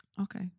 okay